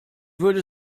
würde